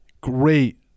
great